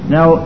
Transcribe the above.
Now